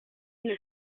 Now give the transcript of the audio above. une